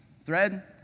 Thread